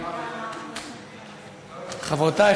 חברותי,